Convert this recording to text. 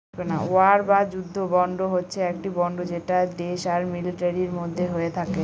war বা যুদ্ধ bond হচ্ছে একটি বন্ড যেটা দেশ আর মিলিটারির মধ্যে হয়ে থাকে